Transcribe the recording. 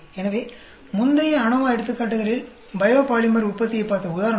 எனவே முந்தைய அநோவா எடுத்துக்காட்டுகளில் பயோபாலிமர் உற்பத்தியைப் பார்த்த உதாரணம்